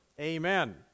Amen